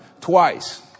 twice